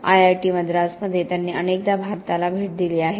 IIT मद्रासमध्ये त्यांनी अनेकदा भारताला भेट दिली आहे